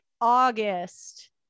August